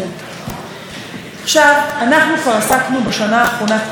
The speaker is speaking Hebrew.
ברפורמות בשוק התקשורת שנועדו למנוע סגירת ערוצים,